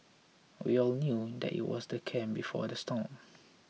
we all knew that it was the calm before the storm